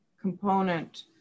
component